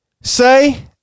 say